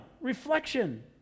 reflection